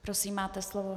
Prosím, máte slovo.